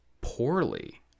poorly